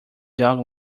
dog